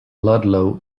ludlow